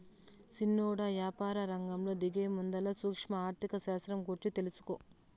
సిన్నోడా, యాపారరంగంలో దిగేముందల సూక్ష్మ ఆర్థిక శాస్త్రం గూర్చి తెలుసుకో